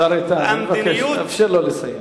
השר איתן, אני מבקש, תאפשר לו לסיים.